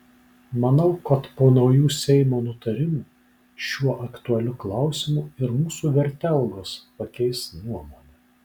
manau kad po naujų seimo nutarimų šiuo aktualiu klausimu ir mūsų vertelgos pakeis nuomonę